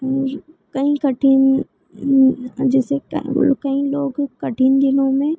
मुझे कहीं कठिन जैसे तैमुलन लोग कठिन दिनों में